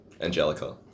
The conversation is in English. Angelica